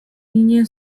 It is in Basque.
ginen